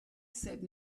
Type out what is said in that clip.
said